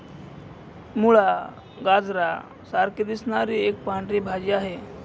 मुळा, गाजरा सारखी दिसणारी एक पांढरी भाजी आहे